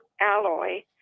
alloy